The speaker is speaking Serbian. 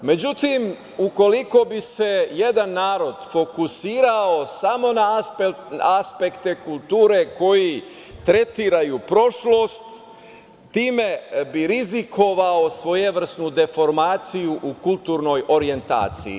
Međutim, ukoliko bi se jedan narod fokusirao samo na aspekte kulture koji tretiraju prošlost time bi rizikovao svojevrsnu deformaciju u kulturnoj orijentaciji.